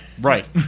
Right